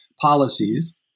policies